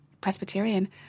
Presbyterian